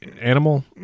animal